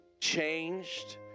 changed